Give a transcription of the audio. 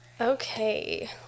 Okay